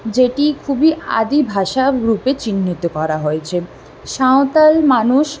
যেটি খুবই আদি ভাষারূপে চিহ্নিত করা হয়েছে সাঁওতাল মানুষ